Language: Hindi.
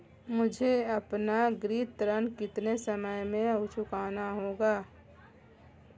मुझे अपना गृह ऋण कितने समय में चुकाना होगा?